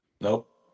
Nope